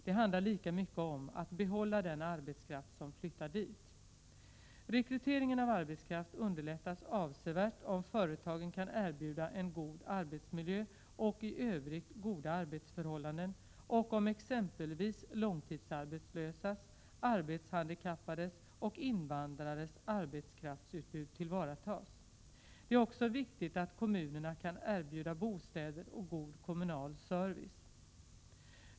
Det handlar lika mycket om att behålla den arbetskraft som flyttar dit. Rekryteringen av arbetskraft underlättas avsevärt om företagen kan erbjuda en god arbetsmiljö och i övrigt goda arbetsförhållanden och om exempelvis långtidsarbetslösas, arbetshandikappades och invandrares arbetskraftsutbud tillvaratas. Det är också viktigt att kommunerna kan erbjuda bostäder och god kommunal service.